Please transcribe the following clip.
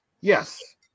Yes